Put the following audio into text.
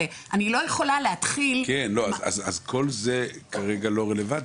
הרי אני לא יכולה להתחיל --- כל זה כרגע לא רלוונטי.